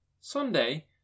Sunday